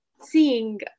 seeing